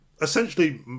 essentially